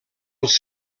els